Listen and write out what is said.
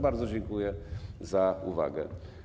Bardzo dziękuję za uwagę.